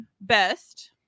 Best